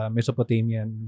Mesopotamian